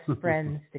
friends